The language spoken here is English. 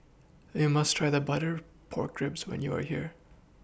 YOU must Try The Butter Pork Ribs when YOU Are here